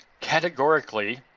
categorically